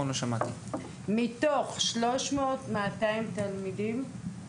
לפני כמה שנים היו לנו חילוקי דעות לגבי